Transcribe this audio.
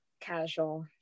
Casual